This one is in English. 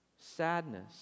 sadness